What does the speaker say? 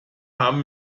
haben